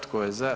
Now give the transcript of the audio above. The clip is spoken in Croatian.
Tko je za?